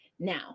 Now